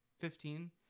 Fifteen